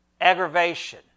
aggravation